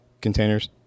containers